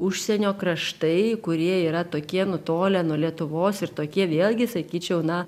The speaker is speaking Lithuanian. užsienio kraštai kurie yra tokie nutolę nuo lietuvos ir tokie vėlgi sakyčiau na